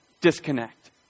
disconnect